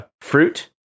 fruit